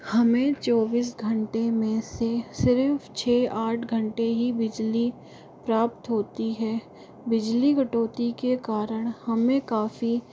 हमें चौबीस घंटे में से सिर्फ़ छः आठ घंटे ही बिजली प्राप्त होती है बिजली कटौती के कारण हमें काफ़ी